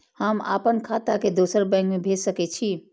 हम आपन खाता के दोसर बैंक में भेज सके छी?